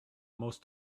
most